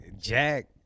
Jack